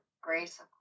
grace